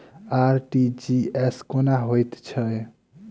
RTGS कोना होइत छै?